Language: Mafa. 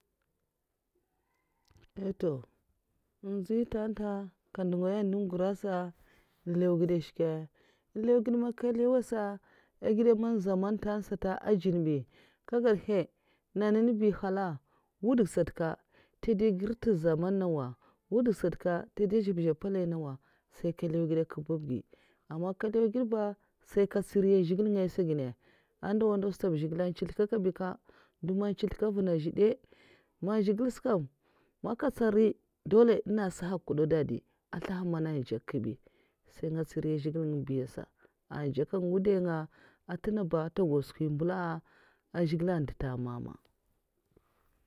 toh nziyy ntè ntè nga ndung'ngaya ndon gra sa nlèw ngèd azna nshka, nlèw ngèd man nka nlèwwa sa èh gèda man zamman ntanta sata n ndjèn bi nkagèd nhaiii nyè nan ba èh nhyalla wudga sata ntè dèy girh ès'ntè zhaman nawa, wudga sata ntè dèy bizè mpalai nawa? Sai nkè nlèw gèd an nkè babgih aman nkè nlèwa ngèd ba nsai nkè ntsiriya n'zhigilè ngayas nginnè ndawa ndaw sata sai zhigilè a ntsilzl nka kabika ndo man n' ntsilzl'nka ngèd na azihdè? Man zhigilè sè nkam sèi nkè ntsan nri ndolè nènga nsaha nkwuda un'dadi azlèha man ndjèk nbi nsèi nga ntsiri n'zhigilè n'nga uhn biyasa adjènkan mwudai nga ntè nga ba antè gau'skwin mbèla a n' zhigilè n ndèta mamah